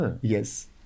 Yes